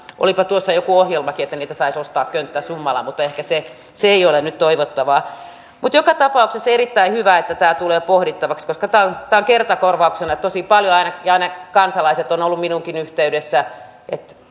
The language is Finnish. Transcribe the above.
olipa tuossa joku ohjelmakin että niitä saisi ostaa könttäsummalla mutta ehkä se se ei ole nyt toivottavaa mutta joka tapauksessa on erittäin hyvä että tämä tulee pohdittavaksi koska tämä on kertakorvauksena tosi paljon ja kansalaiset ovat olleet minuunkin yhteydessä että